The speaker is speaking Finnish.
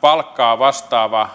palkkaa vastaava